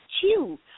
two